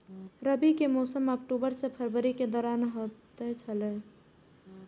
रबी के मौसम अक्टूबर से फरवरी के दौरान होतय छला